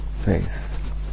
faith